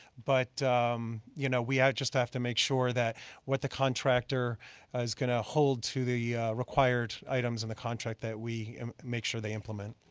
but you know we ah just have to make sure that what the contractor is going to hold to the required items in the contract that we um make sure they implement.